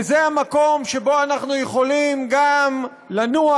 וזה המקום שבו אנחנו יכולים גם לנוח,